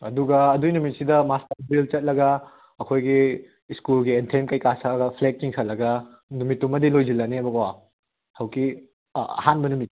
ꯑꯗꯨꯒ ꯑꯗꯨꯒꯤ ꯅꯨꯃꯤꯠꯁꯤꯗ ꯃꯥꯁ ꯄꯥꯔꯠ ꯗ꯭ꯔꯤꯜ ꯆꯠꯂꯒ ꯑꯩꯈꯣꯏꯒꯤ ꯁ꯭ꯀꯨꯜꯒꯤ ꯑꯦꯟꯊꯦꯝ ꯀꯩꯀꯥ ꯁꯛꯑꯒ ꯐ꯭ꯂꯦꯒ ꯆꯤꯡꯈꯠꯂꯒ ꯅꯨꯃꯤꯠꯇꯨꯃꯗꯤ ꯂꯣꯏꯁꯤꯜꯂꯅꯦꯕꯀꯣ ꯍꯧꯖꯤꯛꯀꯤ ꯑꯥ ꯑꯍꯥꯟꯕ ꯅꯨꯃꯤꯠ